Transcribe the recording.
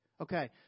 Okay